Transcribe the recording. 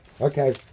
Okay